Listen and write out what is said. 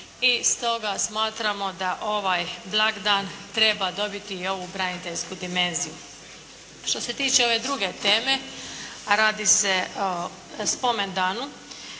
I stoga smatramo da ovaj blagdan treba dobiti i ovu braniteljsku dimenziciju. Što se tiče ove druge treme, a radi se o spomendanu.